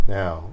now